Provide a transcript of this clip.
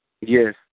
Yes